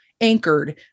anchored